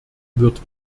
wird